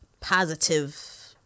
positive